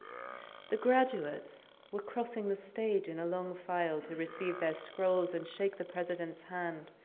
the graduates were crossing the stage in a lone file to receive their scrolls and shake the president's hand.